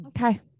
Okay